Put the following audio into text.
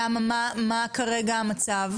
למה מה כרגע המצב?